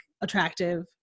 attractive